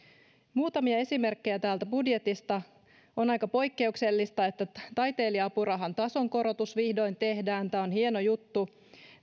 muutamia esimerkkejä täältä budjetista on aika poikkeuksellista että taiteilija apurahan tasokorotus vihdoin tehdään tämä on hieno juttu